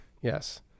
Yes